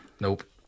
Nope